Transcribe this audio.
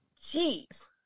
jeez